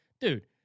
dude